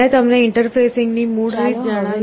મેં તમને ઇન્ટરફેસિંગની મૂળ રીત જણાવી છે